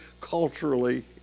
culturally